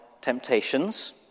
temptations